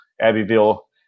Abbeville